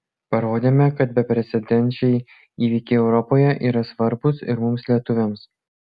parodėme kad beprecedenčiai įvykiai europoje yra svarbūs ir mums lietuviams